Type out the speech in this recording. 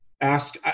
ask